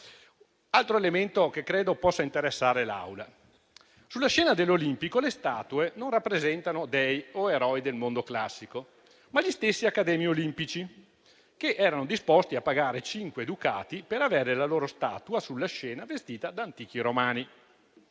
altro elemento che credo possa interessare l'Aula è il seguente: sulla scena dell'Olimpico, le statue non rappresentano dei o eroi del mondo classico, ma gli stessi accademici olimpici che erano disposti a pagare cinque ducati per avere la loro statua sulla scena, vestita da antico romano.